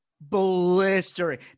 Blistering